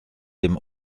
dem